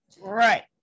right